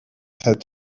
had